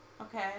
Okay